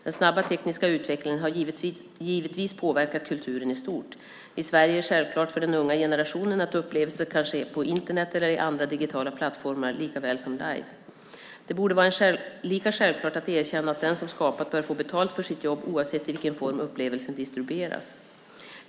Den snabba tekniska utvecklingen har givetvis påverkat kulturen i stort. I Sverige är det självklart för den unga generationen att upplevelser kan ske på Internet eller i andra digitala plattformar likaväl som live. Det borde vara lika självklart att erkänna att den som har skapat bör få betalt för sitt jobb oavsett i vilken form upplevelsen distribueras.